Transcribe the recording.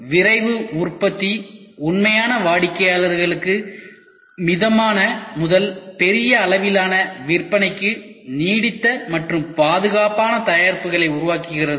விரைவு உற்பத்தி உண்மையான வாடிக்கையாளர்களுக்கு மிதமான முதல் பெரிய அளவிலான விற்பனைக்கு நீடித்த மற்றும் பாதுகாப்பான தயாரிப்புகளை உருவாக்குகிறது